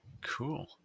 Cool